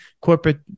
Corporate